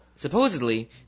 Supposedly